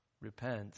repent